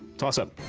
toss-up.